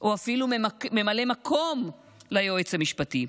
או אפילו ממלא מקום ליועץ המשפטי.